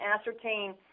ascertain